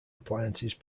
appliances